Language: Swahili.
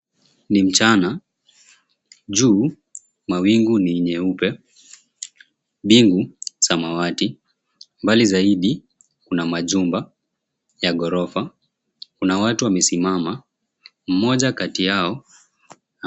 Ni mchana juu mawingu ni nyeupe mbingu samawati mbali zaidi kuna majumba ya gorofa kuna watu wamesimama mmoja kati yao.